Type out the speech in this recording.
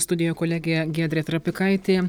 studijoje kolegė giedrė trapikaitė